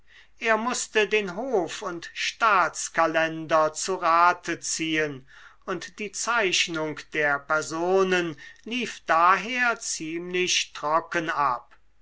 er mußte den hof und staatskalender zu rate ziehen und die zeichnung der personen lief daher ziemlich trocken ab